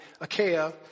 Achaia